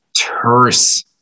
terse